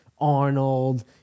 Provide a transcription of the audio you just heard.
Arnold